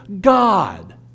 God